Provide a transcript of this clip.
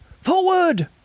Forward